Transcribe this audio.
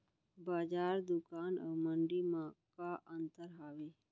बजार, दुकान अऊ मंडी मा का अंतर हावे?